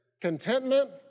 contentment